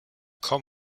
kaum